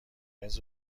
قرمز